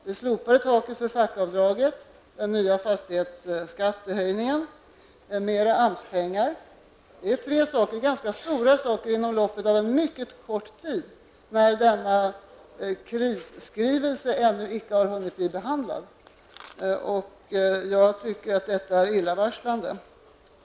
Det slopade taket när det gäller avdragsrätt för fackföreningsavgifter, den nya fastighetsskattehöjningen och mer AMS-pengar är tre ganska stora saker inom loppet av en mycket kort tid då denna krisskrivelse ännu inte har hunnit bli behandlad. Jag tycker att detta är illavarslande.